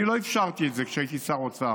אני לא אפשרתי את זה כשהייתי שר אוצר.